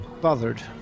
bothered